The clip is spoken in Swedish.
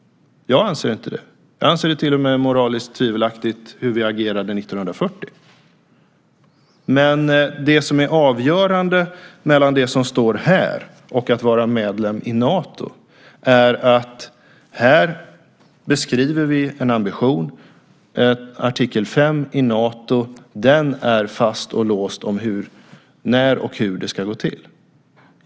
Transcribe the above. Jag anser inte det. Jag anser till och med att det var moraliskt tvivelaktigt att agera som vi gjorde 1940. Det som är avgörande mellan det som står i betänkandet och att vara medlem i Nato är att vi där beskriver en ambition. Natos artikel 5 är fast, och den är låst till när och hur det hela ska gå till.